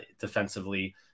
defensively